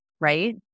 right